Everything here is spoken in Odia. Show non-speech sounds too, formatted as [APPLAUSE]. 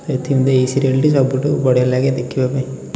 ସେଥି [UNINTELLIGIBLE] ଏହି ସିରିଏଲ୍ଟି ସବୁଠୁ ବଢ଼ିଆ ଲାଗେ ଦେଖିବା ପାଇଁ